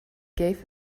gave